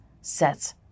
sets